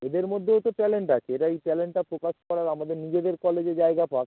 এদের মধ্যেই তো ট্যালেন্ট আছে এরা এই ট্যালেল্টটা প্রকাশ করার আমাদের নিজেদের কলেজে জায়গা থাক